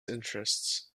interests